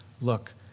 look